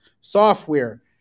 software